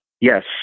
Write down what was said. Yes